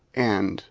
and